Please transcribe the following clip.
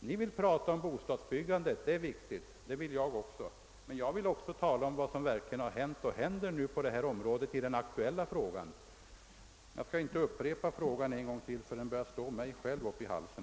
Ni vill tala om bostadsbyggande, vilket är viktigt och vilket även jag vill ta upp, men jag vill också gå in på vad som hänt och händer i den aktuella frågan. Jag skall inte upprepa min fråga ännu en gång, ty den börjar nu stå också mig upp i halsen.